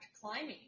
climbing